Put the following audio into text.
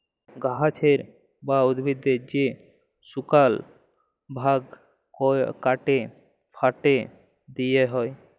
গাহাচের বা উদ্ভিদের যে শুকল ভাগ ক্যাইটে ফ্যাইটে দিঁয়া হ্যয়